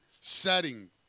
setting